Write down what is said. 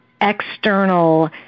external